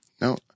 no